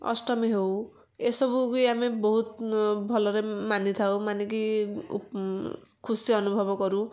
ଅଷ୍ଟମୀ ହେଉ ଏସବୁ ବି ଆମେ ବହୁତ ଭଲରେ ମାନି ଥାଉ ମାନିକି ଖୁସି ଅନୁଭବ କରୁ